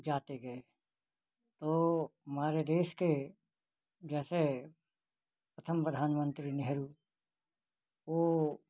जाते गए तो हमारे देश के जैसे प्रथम प्रधानमंत्री नेहरू वह